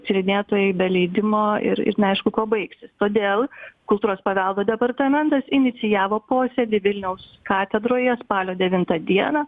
tyrinėtojai be leidimo ir ir neaišku kuo baigsis todėl kultūros paveldo departamentas inicijavo posėdį vilniaus katedroje spalio devintą dieną